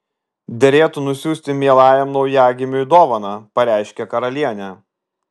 derėtų nusiųsti mielajam naujagimiui dovaną pareiškė karalienė